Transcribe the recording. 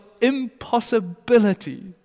impossibility